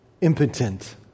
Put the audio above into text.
impotent